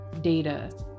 data